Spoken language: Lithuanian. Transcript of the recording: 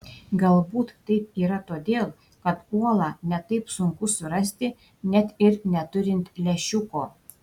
galbūt taip yra todėl kad uolą ne taip sunku surasti net ir neturint lęšiuko